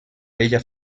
vella